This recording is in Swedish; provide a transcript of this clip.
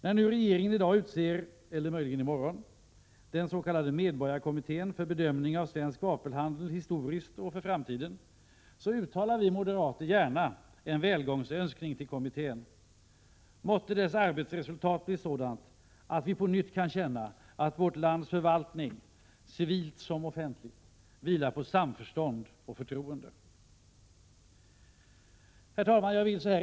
När nu regeringen i dag — eller möjligen i morgon — utser den s.k. medborgarkommittén för bedömning av svensk vapenhandel, historiskt och för framtiden, uttalar vi moderater gärna en välgångsönskning till kommittén. Måtte dess arbetsresultat bli sådant att vi på nytt kan känna att vårt lands förvaltning, civilt som offentligt, vilar på samförstånd och förtroende. Herr talman!